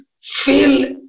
feel